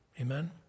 Amen